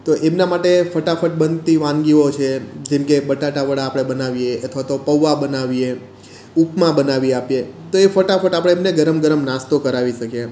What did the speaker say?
તો એમના માટે ફટાફટ બનતી વાનગીઓ છે જેમ કે બટાટા વડા બનાવીએ અથવા તો પૌંઆ બનાવીએ ઉપમા બનાવી આપીએ તો એ ફટાફટ આપણે એમને ગરમ ગરમ નાસ્તો કરાવી શકીએ એમ